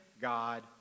God